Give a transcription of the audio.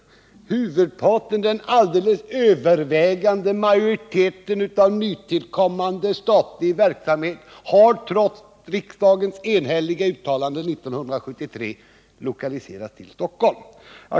I helt dominerande utsträckning har nytillkommande statlig verksamhet, trots riksdagens enhälliga uttalande 1973, lokaliserats till Stockholm.